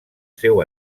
seu